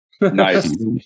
Nice